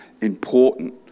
important